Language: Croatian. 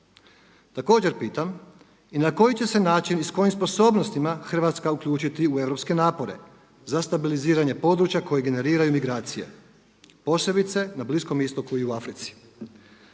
Također pitam i na koji će se način i s kojim sposobnostima Hrvatska uključiti u europske napore za stabiliziranje područja koji generiraju migracije posebice na Bliskom istoku i u Africi?